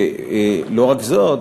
ולא רק זאת,